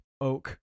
oak